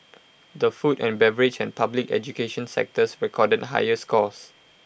the food and beverage and public education sectors recorded higher scores